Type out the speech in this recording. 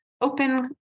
open